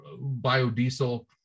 biodiesel